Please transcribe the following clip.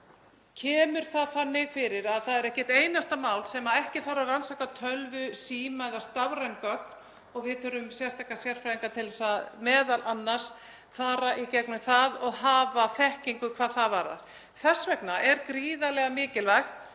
kemur það þannig fyrir að það er ekkert einasta mál þar sem ekki þarf að rannsaka tölvu, síma eða stafræn gögn og við þurfum sérstaklega sérfræðinga m.a. til að fara í gegnum það og sem hafa þekkingu hvað það varðar. Þess vegna er gríðarlega mikilvægt